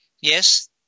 Yes